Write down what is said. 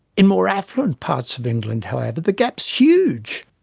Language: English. in more affluent parts of england, however, the gap is huge.